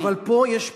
אבל פה יש פעילות.